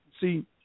see